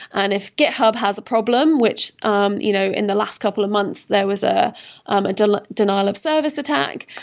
and if github has a problem, which um you know in the last couple of months, there was a um and like denial of service attack.